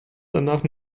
danach